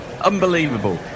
Unbelievable